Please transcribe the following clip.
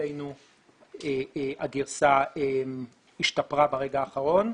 ולשמחתנו הגרסה השתפרה ברגע החרון,